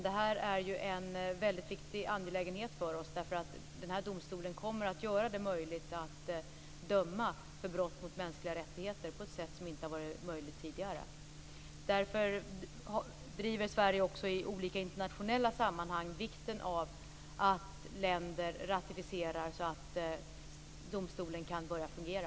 Det här är en väldigt viktig angelägenhet för oss, eftersom den här domstolen kommer att göra det möjligt att döma för brott mot mänskliga rättigheter på ett sätt som inte har varit möjligt tidigare. Sverige driver därför också i olika internationella sammanhang vikten av att länder ratificerar så att domstolen kan börja fungera.